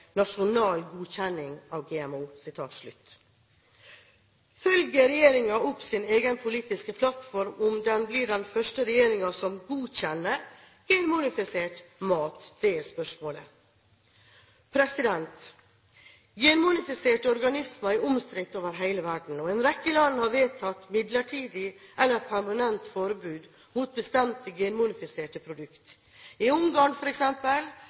nasjonal godkjenning av GMO.» Følger regjeringen opp sin egen politiske plattform om den blir den første regjeringen som godkjenner genmodifisert mat? Det er spørsmålet. Genmodifiserte organismer er omstridt over hele verden, og en rekke land har vedtatt midlertidig eller permanent forbud mot bestemte genmodifiserte produkt. I Ungarn